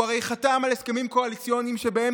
הוא הרי חתם על הסכמים קואליציוניים שבהם